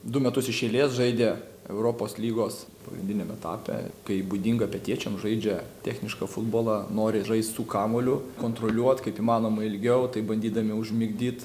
du metus iš eilės žaidė europos lygos pagrindiniam etape kaip būdinga pietiečiam žaidžia technišką futbolą nori žaist su kamuoliu kontroliuot kaip įmanoma ilgiau taip bandydami užmigdyt